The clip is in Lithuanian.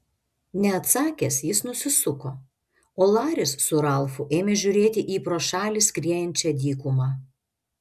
neatsakęs jis nusisuko o laris su ralfu ėmė žiūrėti į pro šalį skriejančią dykumą